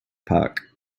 park